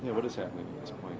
what is happening